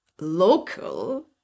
local